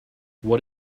what